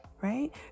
right